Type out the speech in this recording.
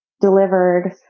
delivered